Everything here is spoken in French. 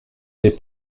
des